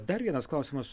dar vienas klausimas